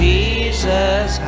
Jesus